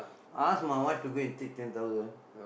I ask my wife to go and take ten thousand